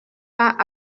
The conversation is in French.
pas